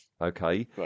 okay